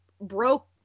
broke